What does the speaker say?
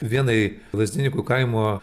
vienai lazdininkų kaimo